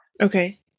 Okay